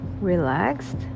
relaxed